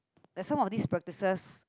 the some of this practises